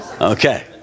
Okay